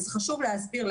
וזה חשוב להסביר,